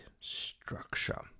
structure